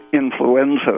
influenza